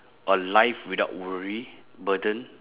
a life without worry burden